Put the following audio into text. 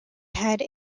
had